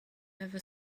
ever